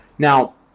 Now